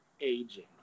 aging